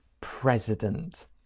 president